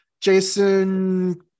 Jason